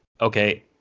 okay